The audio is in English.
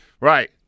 Right